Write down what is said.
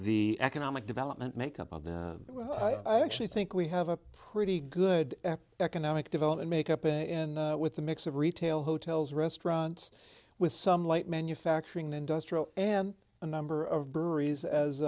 the economic development makeup of the i actually think we have a pretty good economic development make up in with the mix of retail hotels restaurants with some light manufacturing industrial and a number of breweries as